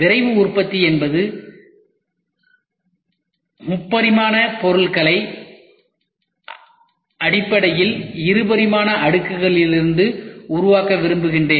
விரைவு உற்பத்தி என்பது 3 பரிமாண பொருள்களை அடிப்படையில் இருபரிமாண அடுக்குகளிலிருந்து உருவாக்க விரும்புகிறேன்